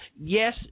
yes –